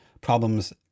problems